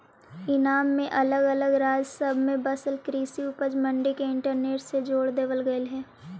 ईनाम में अलग अलग राज्य सब में बसल कृषि उपज मंडी के इंटरनेट से जोड़ देबल गेलई हे